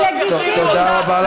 היא לגיטימית, טוב, תודה רבה לך.